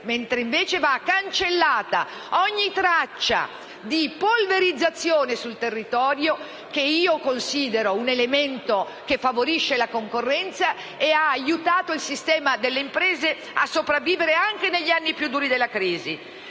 mentre invece va cancellata ogni traccia di polverizzazione sul territorio, che considero un elemento che favorisce la concorrenza e ha aiutato il sistema delle imprese a sopravvivere anche negli anni più duri della crisi.